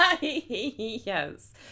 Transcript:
yes